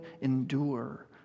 endure